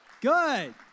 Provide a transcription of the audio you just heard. Good